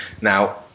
Now